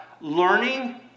learning